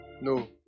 No